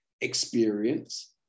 experience